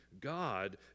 god